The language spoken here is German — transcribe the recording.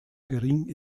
gering